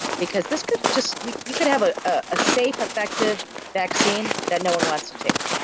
because this could just you could have a ah safe effective vaccine that no one wants to take.